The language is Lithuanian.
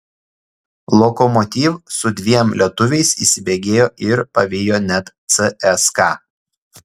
lokomotiv su dviem lietuviais įsibėgėjo ir pavijo net cska